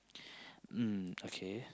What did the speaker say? mm okay